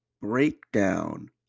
breakdown